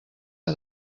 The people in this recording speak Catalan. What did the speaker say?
que